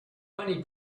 bunny